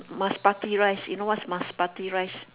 basmati rice you know what's basmati rice